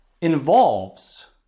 involves